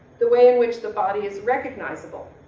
the way in which the body is recognizable,